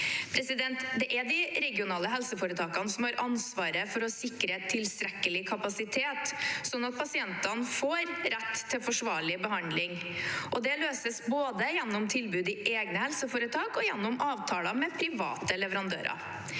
korte. Det er de regionale helseforetakene som har ansvaret for å sikre tilstrekkelig kapasitet slik at pasientene får rett til forsvarlig behandling. Det løses både gjennom tilbud i egne helseforetak og gjennom avtaler med private leverandører.